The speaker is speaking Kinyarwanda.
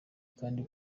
kandi